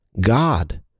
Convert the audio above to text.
God